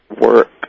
work